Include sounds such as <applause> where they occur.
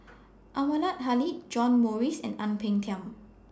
<noise> Anwarul Haque John Morrice and Ang Peng Tiam